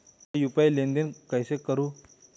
मैं यू.पी.आई लेनदेन कैसे करूँ?